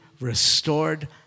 restored